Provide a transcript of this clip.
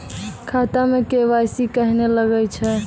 खाता मे के.वाई.सी कहिने लगय छै?